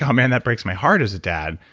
um man that breaks my heart as a dad,